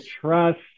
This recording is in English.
trust